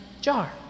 jar